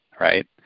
right